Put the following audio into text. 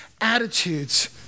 attitudes